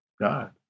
God